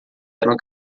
eram